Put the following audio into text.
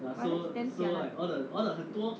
!wah! then jialat